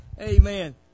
Amen